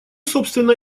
собственно